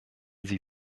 sie